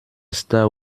star